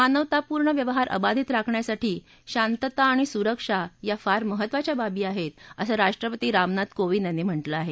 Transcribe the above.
मानवतापूर्ण व्यवहार अबाधित राखण्यासाठी शांतता आणि सुरक्षा या फार महत्त्वाच्या बाबी आहेत असं राष्ट्रपती रामनाथ कोविंद यांनी म्हटलं आहे